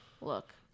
Look